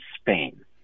Spain